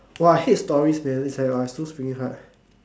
!wah! I hate stories man it's like !wah! so freaking hard